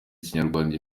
ikinyarwanda